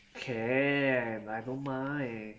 can I don't mind